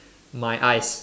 my eyes